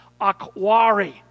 Akwari